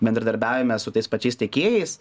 bendradarbiaujame su tais pačiais tiekėjais